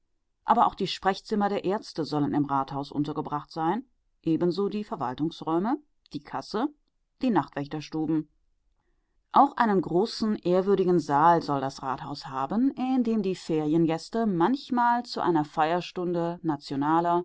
aber auch die sprechzimmer der ärzte sollen im rathaus untergebracht sein ebenso die verwaltungsräume die kasse die nachtwächterstuben auch einen großen ehrwürdigen saal soll das rathaus haben in dem die feriengäste manchmal zu einer feierstunde